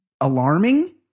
alarming